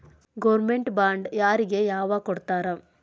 Government bond ಯಾರಿಗೆ ಯಾವಗ್ ಕೊಡ್ತಾರ?